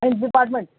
department